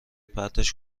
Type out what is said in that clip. پرتش